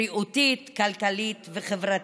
בריאותית, כלכלית, וחברתית.